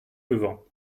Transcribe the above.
levant